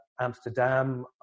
Amsterdam